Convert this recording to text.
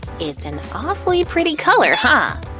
it's an awfully pretty color, huh?